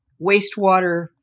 wastewater